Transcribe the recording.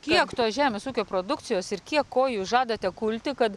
kiek tos žemės ūkio produkcijos ir kiek ko jūs žadate kulti kad